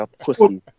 pussy